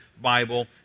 Bible